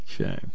Okay